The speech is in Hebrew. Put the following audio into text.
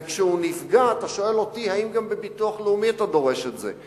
וכשהוא נפגע אתה שואל אותי אם גם מהביטוח הלאומי אתה דורש את זה.